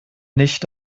nicht